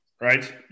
Right